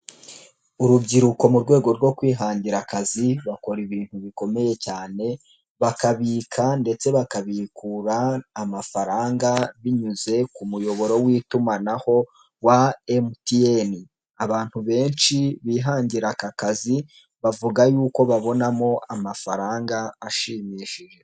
Urubyiruko mu rwego rwo kwihangira akazi, bakora ibintu bikomeye cyane, bakabika ndetse bakabikura amafaranga binyuze ku muyoboro w'itumanaho wa MTN. Abantu benshi bihangira aka kazi bavuga yuko babonamo amafaranga ashimishije.